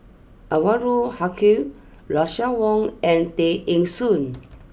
Anwarul Haque Russel Wong and Tay Eng Soon